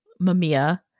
Mamiya